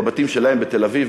בבתים שלהם בתל-אביב,